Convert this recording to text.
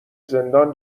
زندان